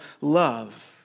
love